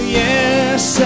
yes